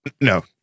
No